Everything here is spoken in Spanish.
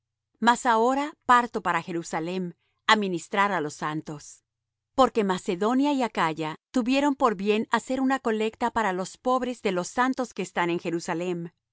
mas ahora parto para jerusalem á ministrar á los santos porque macedonia y acaya tuvieron por bien hacer una colecta para los pobres de los santos que están en jerusalem